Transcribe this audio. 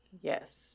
Yes